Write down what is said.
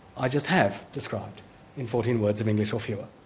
i just have described in fourteen words of english or fewer.